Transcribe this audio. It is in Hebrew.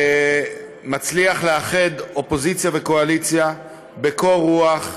מצליח לאחד אופוזיציה וקואליציה בקור רוח,